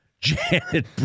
Janet